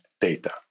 data